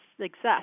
success